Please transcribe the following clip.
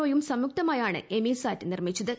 O യും സംയുക്തമായിട്ടുണ്ട് എമിസാറ്റ് നിർമ്മിച്ചത്